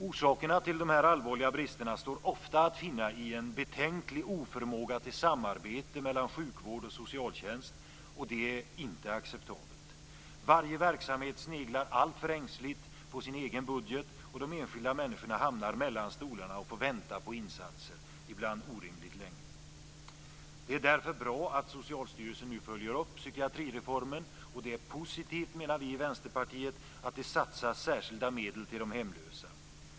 Orsakerna till dessa allvarliga brister står ofta att finna i en betänklig oförmåga till samarbete mellan sjukvård och socialtjänst, och det är inte acceptabelt. Varje verksamhet sneglar alltför ängsligt på sin egen budget, och de enskilda människorna hamnar mellan stolarna och får vänta på insatser, ibland orimligt länge. Det är därför bra att Socialstyrelsen nu följer upp psykiatrireformen. Det är positivt, menar vi i Vänsterpartiet, att det satsas särskilda medel till de hemlösa.